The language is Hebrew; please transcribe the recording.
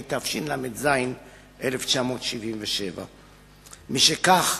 התשל"ז 1977. משכך,